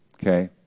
Okay